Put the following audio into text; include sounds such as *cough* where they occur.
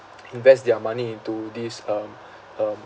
*noise* invest their money into these um um